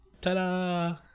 ta-da